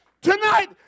Tonight